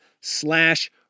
slash